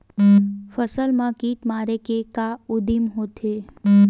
फसल मा कीट मारे के का उदिम होथे?